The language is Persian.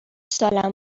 سالم